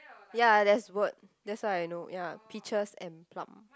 ya that's word that's why I know ya peaches and plum